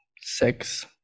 six